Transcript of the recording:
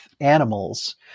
animals